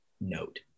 note